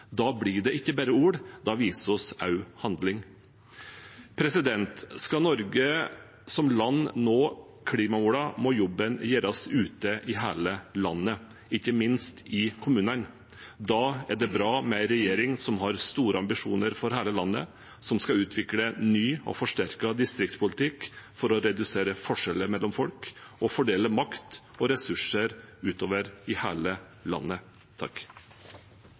Da blir det ikke bare ord; da viser vi også handling. Skal Norge som land nå klimamålene, må jobben gjøres ute i hele landet, ikke minst i kommunene. Da er det bra med en regjering som har store ambisjoner for hele landet, som skal utvikle ny og forsterket distriktspolitikk for å redusere forskjeller mellom folk, og som skal fordele makt og ressurser utover i hele landet.